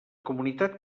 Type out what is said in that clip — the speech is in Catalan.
comunitat